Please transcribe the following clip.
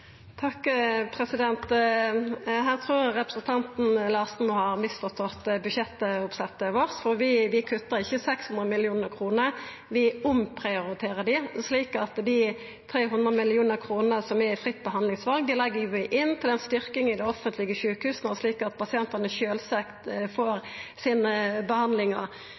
Her trur eg representanten Larsen må ha misforstått budsjettoppsettet vårt, for vi kuttar ikkje 600 mill. kr, vi omprioriterer dei. Dei 300 mill. kr som er i fritt behandlingsval, legg vi inn til ei styrking av dei offentlege sjukehusa, så pasientane sjølvsagt får sine behandlingar.